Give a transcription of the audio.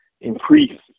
increase